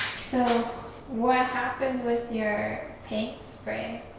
so what happened with your paint spray?